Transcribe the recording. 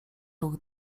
ruch